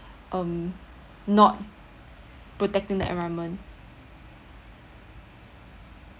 um not protecting the environment